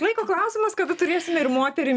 laiko klausimas kada turėsime ir moterį